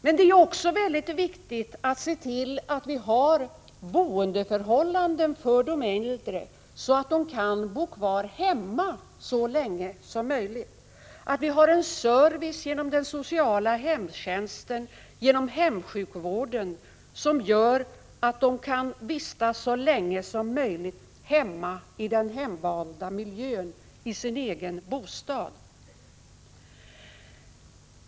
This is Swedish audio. Men det är också väldigt viktigt att se till att man får sådana boendeförhållanden för de äldre att de kan bo kvar hemma så länge som möjligt, att vi har en service genom den sociala hemtjänsten och hemsjukvården som gör att de kan vistas så länge som möjligt i den invanda miljön, i sin egen bostad.